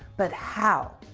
but how?